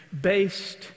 based